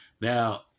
Now